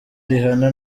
rihanna